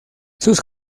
sus